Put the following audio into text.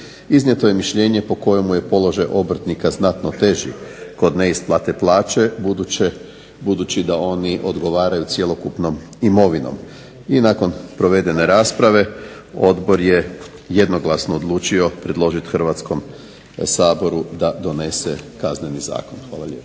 Iznijeto je mišljenje po kojemu je položaj obrtnika znatno teži kod neisplate plaće, budući da oni odgovaraju cjelokupnom imovinom. I nakon provedene rasprave odbor je jednoglasno odlučio predložiti Hrvatskom saboru da donese Kazneni zakon. Hvala lijepa.